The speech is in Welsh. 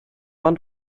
ond